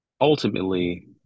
Ultimately